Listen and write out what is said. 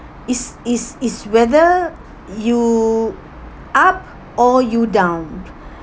is is is whether you up or you down